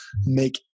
make